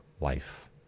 life